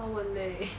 !wah! 我累